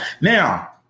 now